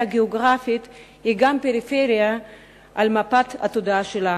הגיאוגרפית היא גם פריפריה במפת התודעה שלנו.